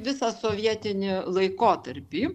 visą sovietinį laikotarpį